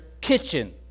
kitchen